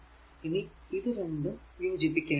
ഇനി ഇത് രണ്ടും യോജിപ്പിക്കേണ്ടതാണ്